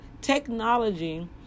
technology